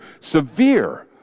severe